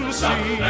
see